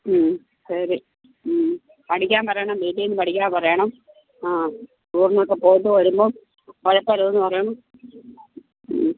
മ്മ് ശരി മ്മ് പഠിക്കാൻ പറയണം വീട്ടിൽ നിന്ന് പഠിക്കാൻ പറയണം ആ ടൂറിനൊക്കെ പോയിട്ട് വരുമ്പം ഉഴപ്പരുത് പറയണം മ്മ്